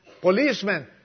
policemen